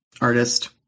artist